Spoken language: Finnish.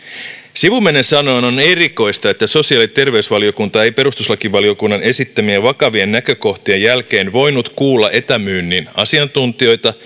sivumennen sanoen on erikoista että sosiaali ja terveysvaliokunta ei perustuslakivaliokunnan esittämien vakavien näkökohtien jälkeen voinut kuulla etämyynnin asiantuntijoita